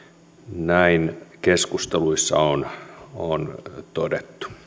näin keskusteluissa on on todettu